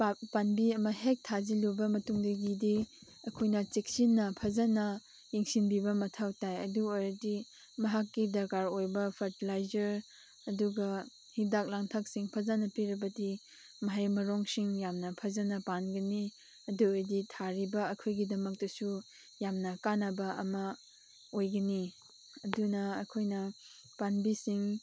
ꯄꯥꯝꯕꯤ ꯑꯃ ꯍꯦꯛ ꯊꯥꯖꯤꯜꯂꯨꯕ ꯃꯇꯨꯡꯗꯒꯤꯗꯤ ꯑꯩꯈꯣꯏꯅ ꯆꯦꯛꯁꯤꯟꯅ ꯐꯖꯅ ꯌꯦꯡꯁꯤꯟꯕꯤꯕ ꯃꯊꯧ ꯇꯥꯏ ꯑꯗꯨꯑꯣꯏꯔꯗꯤ ꯃꯍꯥꯛꯀꯤ ꯗꯔꯀꯥꯔ ꯑꯣꯏꯕ ꯐꯔꯇꯤꯂꯥꯏꯖꯔ ꯑꯗꯨꯒ ꯍꯤꯗꯥꯛ ꯂꯥꯡꯊꯛꯁꯤꯡ ꯐꯖꯅ ꯄꯤꯔꯕꯗꯤ ꯃꯍꯩ ꯃꯔꯣꯡꯁꯤꯡ ꯌꯥꯝꯅ ꯐꯖꯅ ꯄꯥꯟꯒꯅꯤ ꯑꯗꯨꯑꯣꯏꯔꯗꯤ ꯊꯥꯔꯤꯕ ꯑꯩꯈꯣꯏꯒꯤꯗꯃꯛꯇꯁꯨ ꯌꯥꯝꯅ ꯀꯥꯟꯅꯕ ꯑꯃ ꯑꯣꯏꯒꯅꯤ ꯑꯗꯨꯅ ꯑꯩꯈꯣꯏꯅ ꯄꯥꯝꯕꯤꯁꯤꯡ